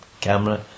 camera